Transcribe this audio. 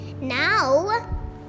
Now